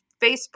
Facebook